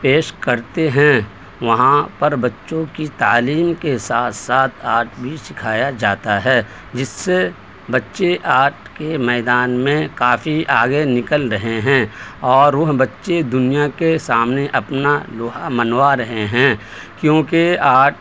پیش کرتے ہیں وہاں پر بچوں کی تعلیم کے ساتھ ساتھ آرٹ بھی سکھایا جاتا ہے جس سے بچے آرٹ کے میدان میں کافی آگے نکل رہے ہیں اور وہ بچے دنیا کے سامنے اپنا لوہا منوا رہے ہیں کیونکہ آرٹ